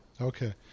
Okay